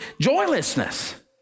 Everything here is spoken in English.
joylessness